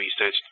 research